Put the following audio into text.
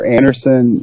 Anderson